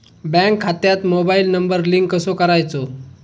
Bank खात्यात mobile number link कसो करायचो?